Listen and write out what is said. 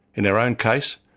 in our own case,